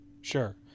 Sure